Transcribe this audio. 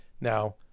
Now